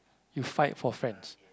you fight for friends